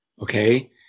okay